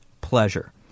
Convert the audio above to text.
pleasure